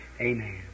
amen